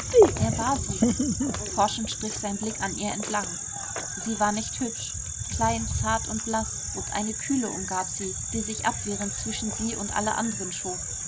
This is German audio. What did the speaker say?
wer war sie forschend strich sein blick an ihr entlang sie war nicht hübsch klein zart und blaß und eine kühle umgab sie die sich abwehrend zwischen sie und alle anderen schob